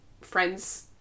friends